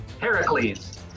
Heracles